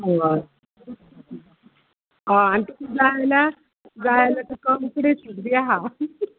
हय हय आनी तुका जाय आल्या जाय आल्या तुका कमी सुग्री आहा